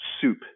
soup